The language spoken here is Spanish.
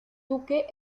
duque